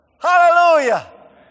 Hallelujah